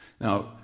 Now